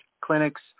clinics